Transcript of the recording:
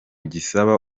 gisaba